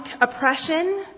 oppression